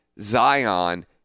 Zion